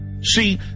See